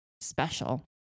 special